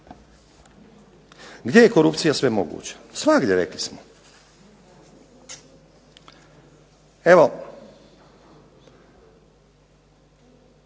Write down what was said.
Gdje je korupcija sve moguća? Svagdje, rekli smo. Evo